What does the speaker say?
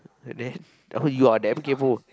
the then oh you're damn kaypo